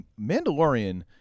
Mandalorian